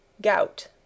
GOUT